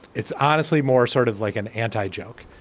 it's honestly more sort of like an anti-joke.